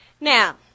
Now